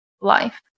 life